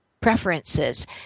preferences